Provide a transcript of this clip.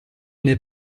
n’est